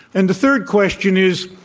and the third question is,